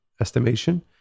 estimation